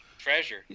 Treasure